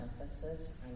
emphasis